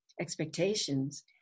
expectations